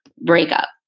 breakup